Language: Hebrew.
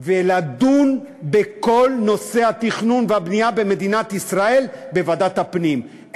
ולדון בכל נושא התכנון והבנייה במדינת ישראל בוועדת הפנים.